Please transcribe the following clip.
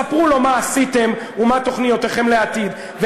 ספרו לו מה עשיתם ומה תוכניותיכם לעתיד,